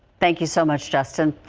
thank you so much justin.